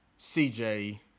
CJ